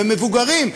ומבוגרים,